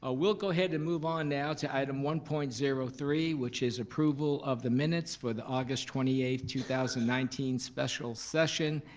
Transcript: ah we'll go ahead and move on now to item one point zero three, which is approval of the minutes for the august twenty eighth two thousand and nineteen special session,